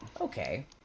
Okay